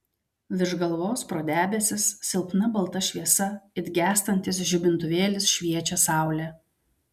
virš galvos pro debesis silpna balta šviesa it gęstantis žibintuvėlis šviečia saulė